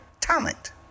talent